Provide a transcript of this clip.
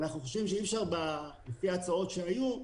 אנחנו חושבים שאי אפשר לפי ההצעות שהיו,